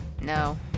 No